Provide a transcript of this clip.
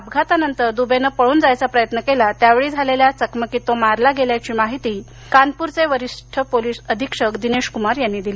अपघातानंतर दुबेनं पळून जायचा प्रयत्न केला त्यावेळी झालेल्या चकमकीत तो मारला गेल्याची माहिती कानपूरचे वरिष्ठ पोलीस अधीक्षक दिनेश कुमार यांनी दिली